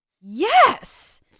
Yes